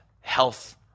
Health